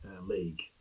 league